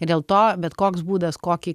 dėl to bet koks būdas kokį